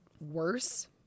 worse